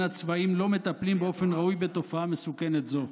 הצבאיים לא מטפלים באופן ראוי בתופעה מסוכנת זו.